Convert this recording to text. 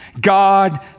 God